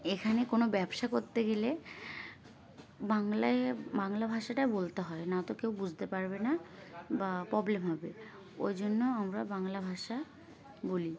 এখানে কোনো ব্যবসা করতে গেলে বাংলায় বাংলা ভাষাটাই বলতে হয় না তো কেউ বুঝতে পারবে না বা প্রবলেম হবে ওই জন্য আমরা বাংলা ভাষা বলি